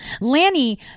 Lanny